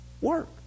Work